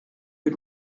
les